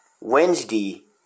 Wednesday